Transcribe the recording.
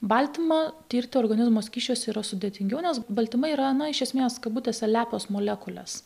baltymą tirti organizmo skysčiuose yra sudėtingiau nes baltymai yra na iš esmės kabutėse lepios molekulės